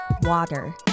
water